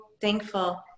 thankful